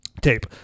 tape